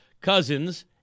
Cousins